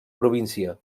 província